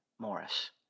Morris